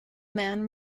man